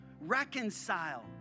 Reconcile